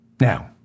Now